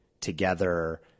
together